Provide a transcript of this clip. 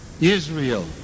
Israel